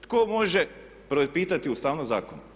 Tko može propitati ustavnost zakona?